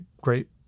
great